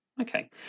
okay